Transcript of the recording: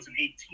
2018